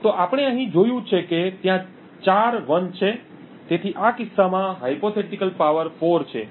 તો આપણે અહીં જોયું છે કે ત્યાં ચાર 1s છે તેથી આ કિસ્સામાં કાલ્પનિક શક્તિ 4 છે